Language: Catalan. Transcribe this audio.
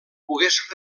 pogués